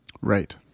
Right